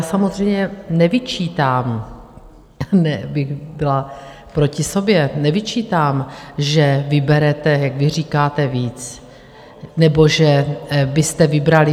Samozřejmě nevyčítám to bych byla proti sobě nevyčítám, že vyberete, jak vy říkáte, víc, nebo že byste vybrali míň, nebo...